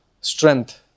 strength